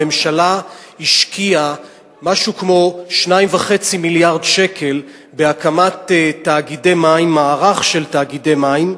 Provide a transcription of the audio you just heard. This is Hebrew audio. הממשלה השקיעה משהו כמו 2.5 מיליארד שקל בהקמת מערך של תאגידי מים.